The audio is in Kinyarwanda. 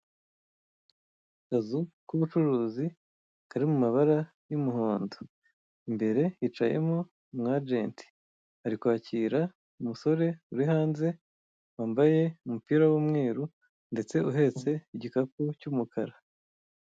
Akazu k'umucuruzi kari mumabara y'umuhondo imbere hicayemo umwajenti ari kwakira umusore uri hanze wambaye umupira w'umweru ndetse uhetse igikapu cy'umukara.